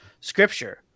scripture